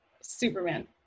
Superman